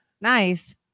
Nice